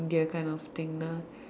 India kind of thing ah